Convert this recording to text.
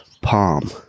palm